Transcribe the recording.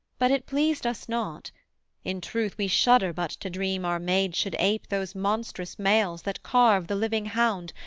but it pleased us not in truth we shudder but to dream our maids should ape those monstrous males that carve the living hound,